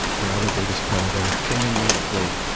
their other biggest predator. they didn't need to flee.